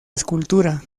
escultura